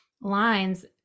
lines